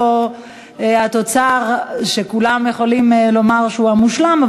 לא כולם יכולים לומר שהוא מושלם,